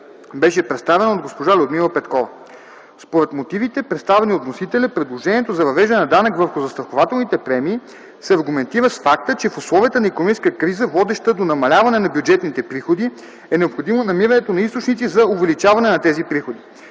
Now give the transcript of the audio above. беше представен от госпожа Людмила Петкова. Според мотивите, представени от вносителя, предложението за въвеждане на данък върху застрахователните премии се аргументира с факта, че в условията на икономическа криза, водеща до намаляване на бюджетните приходи, е необходимо намирането на източници за увеличаване на тези приходи.